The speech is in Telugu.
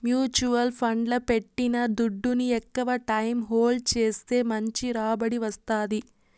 మ్యూచువల్ ఫండ్లల్ల పెట్టిన దుడ్డుని ఎక్కవ టైం హోల్డ్ చేస్తే మంచి రాబడి వస్తాది